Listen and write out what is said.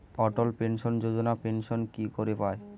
অটল pension Yojana pension কি করে পায়?